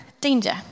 danger